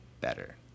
better